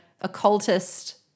Occultist